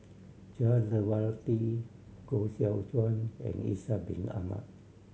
Jah Lelawati Koh Seow Chuan and Ishak Bin Ahmad